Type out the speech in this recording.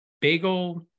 Bagel